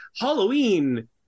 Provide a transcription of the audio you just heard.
Halloween